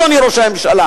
אדוני ראש הממשלה.